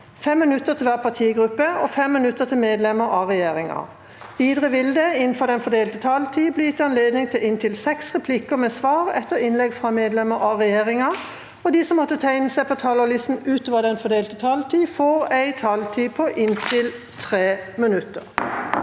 5 minutter til hver partigruppe og 5 minutter til medlemmer av regjeringen. Videre vil det – innenfor den fordelte taletid – bli gitt anledning til inntil fem replikker med svar etter innlegg fra medlemmer av regjeringen, og de som måtte tegne seg på talerlisten utover den fordelte taletid, får en taletid på inntil 3 minutter.